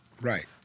Right